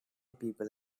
people